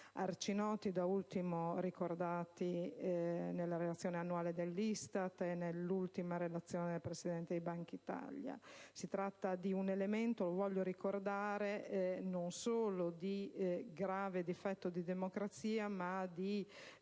noti, da ultimo ricordati nella relazione annuale dell'ISTAT e nell'ultima relazione del Governatore di Bankitalia. Si tratta di un elemento, voglio ricordare, non solo di grave difetto di democrazia, ma